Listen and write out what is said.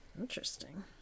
Interesting